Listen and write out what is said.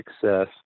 success